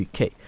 uk